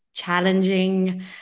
challenging